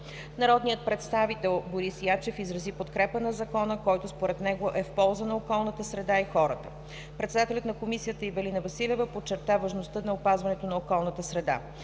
Народният представител Борис Ячев изрази подкрепа на Закона, който според него е в полза на околната среда и хората. Председателят на комисията Ивелина Василева подчерта важността на опазването на околната среда.